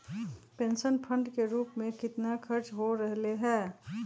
Pension fund के रूप में कितना खर्च हो रहले है?